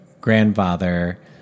grandfather